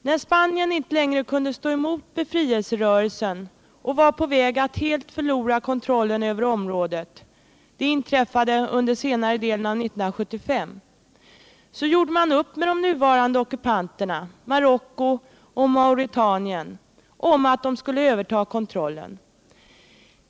När Spanien inte längre kunde stå emot befrielserörelsen och var på väg att helt förlora kontrollen över området, vilket inträffade under senare delen av 1975, så gjorde man upp med de nuvarande ockupanterna, Marocko och Mauretanien, om att de skulle överta kontrollen.